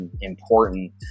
important